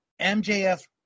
MJF